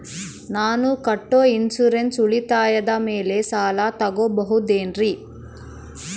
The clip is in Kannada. ನಾನು ಕಟ್ಟೊ ಇನ್ಸೂರೆನ್ಸ್ ಉಳಿತಾಯದ ಮೇಲೆ ಸಾಲ ತಗೋಬಹುದೇನ್ರಿ?